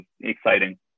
exciting